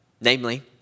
namely